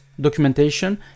documentation